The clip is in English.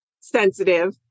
sensitive